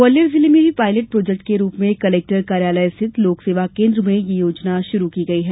ग्वालियर जिले में भी पायलट प्रोजेक्ट के रूप में कलेक्टर कार्यालय स्थित लोकसेवा केन्द्र में ये सेवा शुरू की गई है